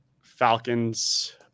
Falcons